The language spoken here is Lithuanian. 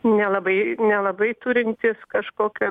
nelabai nelabai turintis kažkokio